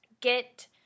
get